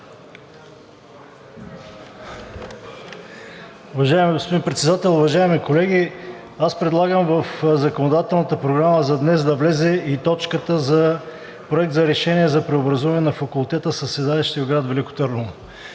Уважаеми господин Председател, уважаеми колеги! Аз предлагам в законодателната програма за днес да влезе и точката за Проект на решение за преобразуване на факултета със седалище в град Велико Търново.